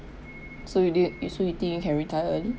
so you didn't so you think you can retire early